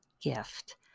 gift